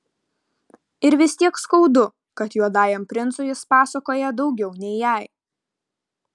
ir vis tiek skaudu kad juodajam princui jis pasakoja daugiau nei jai